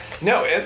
no